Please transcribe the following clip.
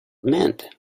meant